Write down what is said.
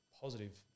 positive